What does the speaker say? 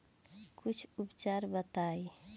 कुछ उपचार बताई?